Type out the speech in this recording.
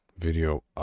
Video